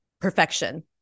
perfection